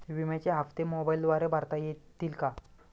विम्याचे हप्ते मोबाइलद्वारे भरता येतील का?